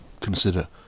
consider